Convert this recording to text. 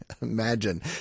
Imagine